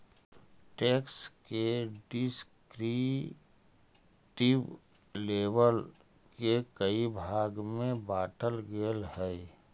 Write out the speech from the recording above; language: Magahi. टैक्स के डिस्क्रिप्टिव लेबल के कई भाग में बांटल गेल हई